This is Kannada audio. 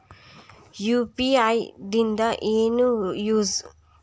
ಯು.ಪಿ.ಐ ದಿಂದ ಏನು ಯೂಸ್?